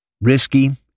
Risky